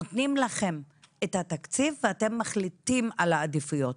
נותנים לכם את התקציב ואתם מחליטים על העדיפויות